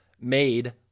made